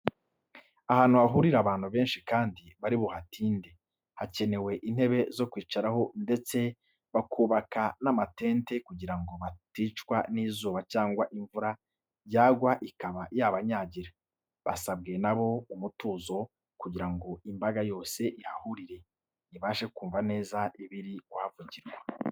Ahantu hahurira abantu benshi kandi bari buhatinde, hakenerwa intebe zo kwicaraho ndetse bakubaka n'amatente kugira ngo baticwa n'izuba cyangwa imvura yagwa ikaba yabanyagira. Basabwe na bo umutuzo kugira ngo imbaga yose ihahuriye, ibashe kumva neza ibiri kuhavugirwa.